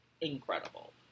incredible